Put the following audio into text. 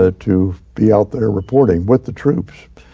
ah to be out there reporting with the troops.